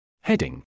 Heading